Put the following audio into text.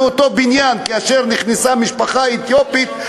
בבניין שנכנסה לגור משפחה אתיופית,